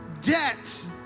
debt